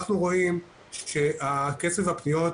אנחנו רואים שקצב הפניות